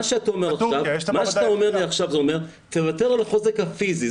מה שאתה אומר לי עכשיו זה אומר תוותר על החוזק הפיזי,